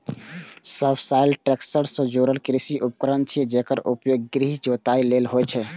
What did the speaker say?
subsoiler tractor सं जुड़ल कृषि उपकरण छियै, जेकर उपयोग गहींर जोताइ लेल होइ छै